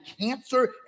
cancer